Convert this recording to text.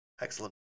Excellent